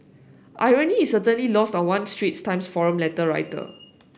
irony is certainly lost on one Straits Times forum letter writer